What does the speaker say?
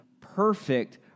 perfect